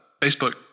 Facebook